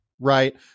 right